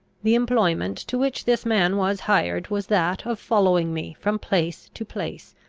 the employment to which this man was hired, was that of following me from place to place,